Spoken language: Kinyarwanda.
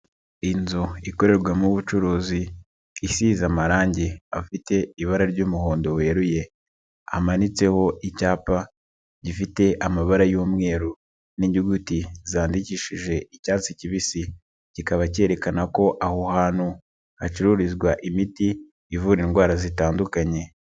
Inzu ikorerwamo ubucuruzi isize amarangi afite ibara ry'umuhondo weruye, amanitseho icyapa gifite amabara y'umweru n'inyuguti zandikishije icyatsi kibisi, kikaba cyerekana ko aho hantu hacururizwa imiti ivura indwara zitandukanye.